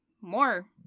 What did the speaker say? more